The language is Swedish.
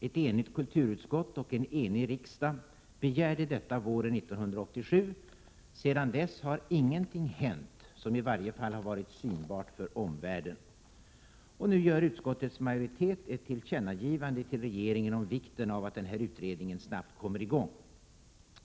Ett enigt kulturutskott och en enig riksdag begärde detta våren 1987. Sedan dess har ingenting hänt, i varje fall inget som har varit synbart för omvärlden. Och nu gör utskottets majoritet ett tillkännagivande till regeringen om vikten av att denna utredning snabbt kommer i gång.